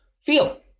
feel